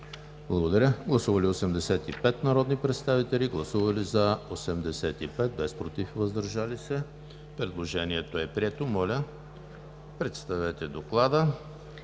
залата. Гласували 85 народни представители: за 85, против и въздържали се няма. Предложението е прието. Моля, представете Доклада.